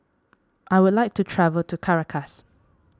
I would like to travel to Caracas